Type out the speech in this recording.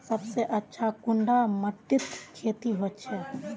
सबसे अच्छा कुंडा माटित खेती होचे?